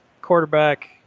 quarterback